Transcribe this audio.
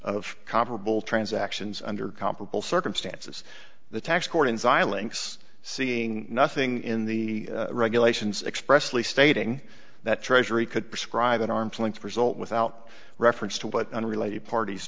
of comparable transactions under comparable circumstances the tax court in xilinx seeing nothing in the regulations expressly stating that treasury could prescribe an arm's length result without reference to what unrelated parties